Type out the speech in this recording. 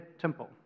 temple